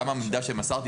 גם המידע שמסרתי,